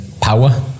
Power